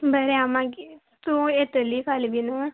बरें आं मागीर तूं येतली फाल्यां बी